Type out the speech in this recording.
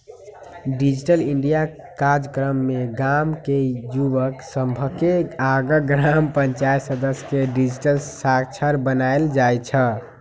digital India काजक्रम में गाम के जुवक सभके आऽ ग्राम पञ्चाइत सदस्य के डिजिटल साक्षर बनाएल जाइ छइ